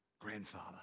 Grandfather